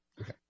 Okay